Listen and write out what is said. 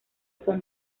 son